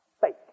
fake